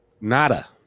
Nada